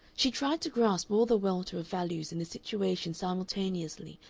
she tried to grasp all the welter of values in the situation simultaneously,